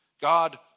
God